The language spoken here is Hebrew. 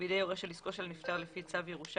בידי הורה או יורשו של נפטר לפי צו ירושה